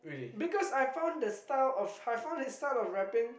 because I found the style of I found his style of rapping